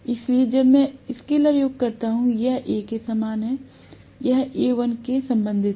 इसलिए जब मैं स्केलर योग करता हूं यह A के समान है यह Al से संबंधित है